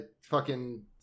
Fucking-